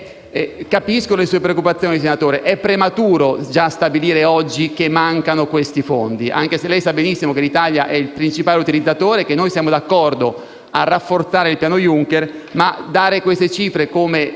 Capisco le sue preoccupazioni, senatore Paolo Romani, ma è prematuro stabilire già oggi che mancano questi fondi, anche se lei sa benissimo che l'Italia ne è il principale utilizzatore. Noi siamo d'accordo a rafforzare il piano Juncker, ma dare queste cifre come